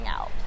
out